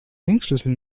ringschlüssel